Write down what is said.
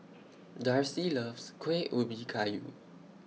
Darcy loves Kueh Ubi Kayu